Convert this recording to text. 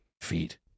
feet